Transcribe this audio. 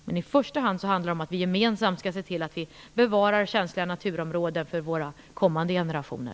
Men det handlar i första hand om att vi gemensamt skall se till att vi bevarar känsliga naturområden för kommandet generationer.